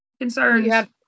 concerns